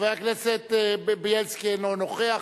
חבר הכנסת בילסקי, אינו נוכח.